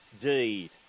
deed